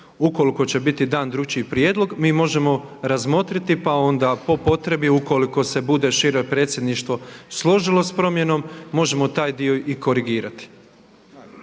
Ukoliko će biti dan drukčiji prijedlog mi možemo razmotriti, pa onda po potrebi ukoliko se bude šire Predsjedništvo složilo sa promjenom možemo taj dio i korigirati.